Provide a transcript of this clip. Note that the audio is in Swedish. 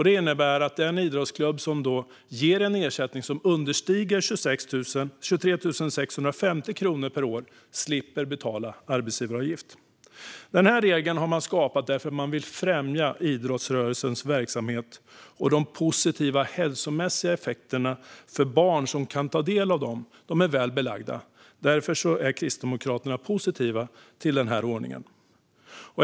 Det innebär att den idrottsklubb som ger en ersättning som understiger 23 650 kronor per år slipper betala arbetsgivaravgift. Den regeln har man skapat för att man vill främja idrottsrörelsens verksamhet, och de positiva hälsomässiga effekterna för barn som kan ta del av den är väl belagda. Därför är Kristdemokraterna positiva till den ordningen.